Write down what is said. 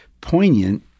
poignant